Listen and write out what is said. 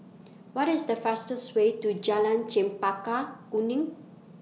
What IS The fastest Way to Jalan Chempaka Kuning